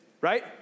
right